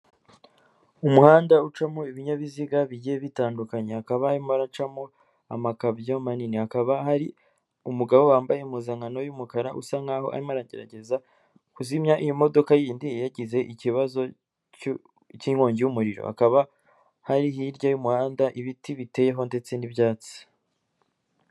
Umuhanda ucamo ibinyabiziga bigiye bitandukanyekanya hakaba harimo haracamo amakamyo manini, hakaba hari umugabo wambaye impuzankano y'umukara usa nkaho arimo aragerageza kuzimya iyo modoka yindi yagize ikibazo cy'inkongi y'umuriro, hakaba hari hirya y'umuhanda ibiti biteyeho ndetse n'ibyatsi.